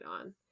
on